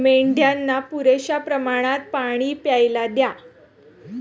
मेंढ्यांना पुरेशा प्रमाणात पाणी प्यायला द्या